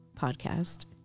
podcast